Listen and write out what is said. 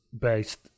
based